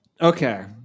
okay